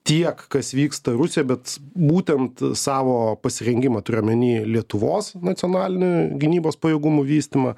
tiek kas vyksta rusijoj bet būtent savo pasirengimą turiu omeny lietuvos nacionalinio gynybos pajėgumų vystymą